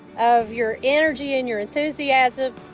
of your energy and your enthusiasm,